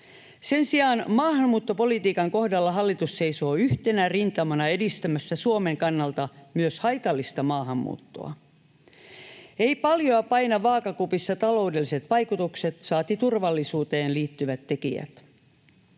Sen sijaan maahanmuuttopolitiikan kohdalla hallitus seisoo yhtenä rintamana edistämässä Suomen kannalta myös haitallista maahanmuuttoa. Eivät paljoa paina vaakakupissa taloudelliset vaikutukset saati turvallisuuteen liittyvät tekijät.